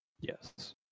Yes